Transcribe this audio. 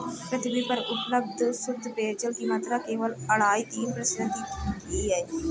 पृथ्वी पर उपलब्ध शुद्ध पेजयल की मात्रा केवल अढ़ाई तीन प्रतिशत ही है